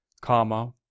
comma